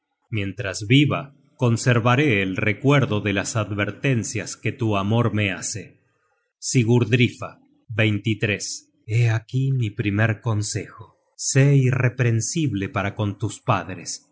mientras viva conservaré el recuerdo de las advertencias que tu amor me hace sigurdrifa hé aquí mi primer consejo sé irreprensible para con tus padres